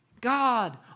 God